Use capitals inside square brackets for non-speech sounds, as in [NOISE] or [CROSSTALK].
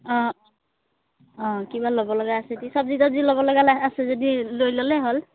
অঁ অঁ অঁ কিবা ল'ব লগা আছে [UNINTELLIGIBLE] ল'ব লগা আছে যদি লৈ ল'লে হ'ল